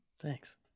Thanks